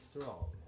strong